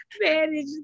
manage